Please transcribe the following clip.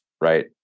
right